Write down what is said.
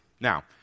Now